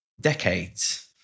decades